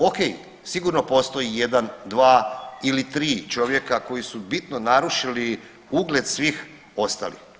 Ok, sigurno postoji jedan, dva ili tri čovjeka koji su bitno narušili ugled svih ostalih.